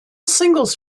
singles